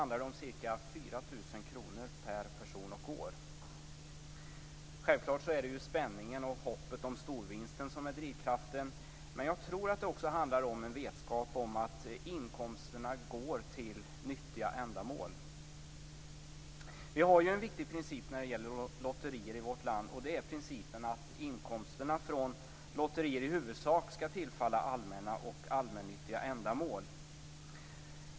Självfallet är det spänningen och hoppet om storvinsten som är drivkraften, men jag tror att det också handlar om en vetskap om att inkomsterna går till nyttiga ändamål.